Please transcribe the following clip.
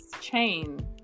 chain